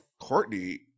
courtney